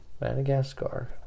Madagascar